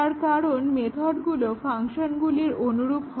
তার কারণ মেথডগুলো ফাংশনগুলির অনুরূপ হয়